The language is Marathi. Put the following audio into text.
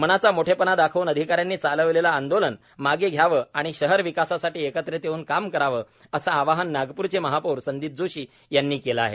मनाचा मोठेपणा दाखवून अधिकाऱ्यांनी चालविलेले आंदोलन मागे घ्यावे आणि शहर विकासासाठी एकत्रित येऊन काम करावं असं आवाहन नागपूरचे महापौर संदीप जोशी यांनी केलं आहे